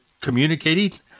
communicating